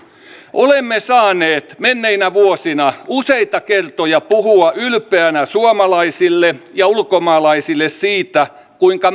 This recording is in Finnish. olemme saaneet menneinä vuosina useita kertoja puhua ylpeänä suomalaisille ja ulkomaalaisille siitä kuinka